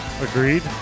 agreed